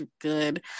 good